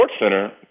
SportsCenter